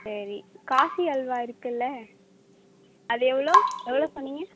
சரி காசி அல்வா இருக்கில்ல அது எவ்வளோ எவ்வளோ சொன்னீங்க